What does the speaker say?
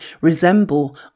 resemble